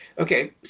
okay